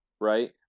right